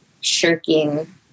shirking